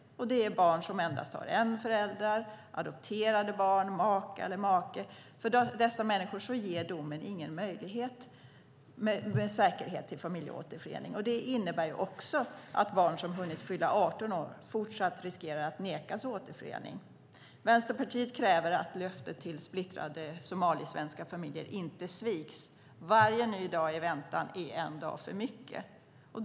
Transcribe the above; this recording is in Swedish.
Det handlar om barn som har endast en förälder, adopterade barn och maka eller make. För dessa människor ger domen inte med säkerhet möjlighet till familjeåterförening. Det innebär också att barn som hunnit fylla 18 år fortsatt riskerar att nekas återförening. Vänsterpartiet kräver att löftet till splittrade somaliesvenska familjer inte sviks. Varje ny dag i väntan är en dag för mycket.